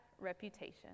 reputation